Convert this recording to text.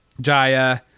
Jaya